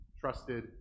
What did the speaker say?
trusted